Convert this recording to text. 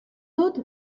dut